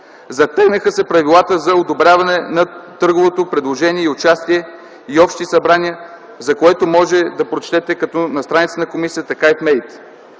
Затегнаха се правилата за одобряване на търговото предложение и участие и общи събрания, за което можете да прочетете на страниците на комисията и в